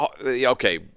Okay